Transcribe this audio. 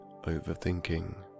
overthinking